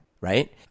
Right